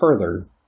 further